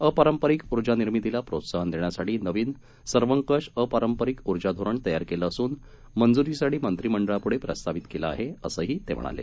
अपरांपरिक ऊर्जा निर्मितीला प्रोत्साहन देण्यासाठी नवीन सर्वकष अपारंपरिक ऊर्जा धोरण तयार केलं असून मंज्रीसाठी मंत्रीमंडळाप्ढे प्रस्तावित केलं आहे असंही ते म्हणाले